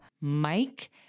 Mike